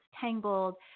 tangled